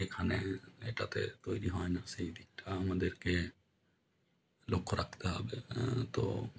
এখানে এটাতে তৈরি হয় না সেই দিকটা আমাদেরকে লক্ষ্য রাখতে হবে তো